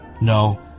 No